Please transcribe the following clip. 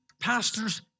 pastors